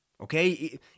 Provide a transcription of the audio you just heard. Okay